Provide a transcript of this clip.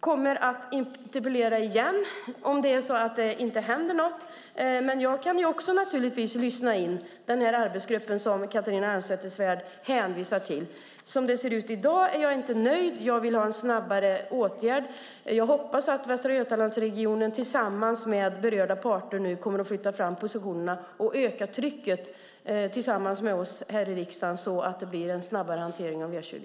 kommer att interpellera igen om det inte händer något, men jag kan naturligtvis också lyssna på den arbetsgrupp som Catharina Elmsäter-Svärd hänvisar till. Som det ser ut i dag är jag inte nöjd. Jag vill ha snabbare åtgärder. Jag hoppas att Västra Götalandsregionen tillsammans med berörda parter kommer att flytta fram positionerna och, tillsammans med oss i riksdagen, öka trycket så att det blir en snabbare hantering av E20.